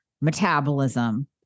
metabolism